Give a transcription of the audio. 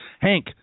Hank